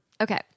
Okay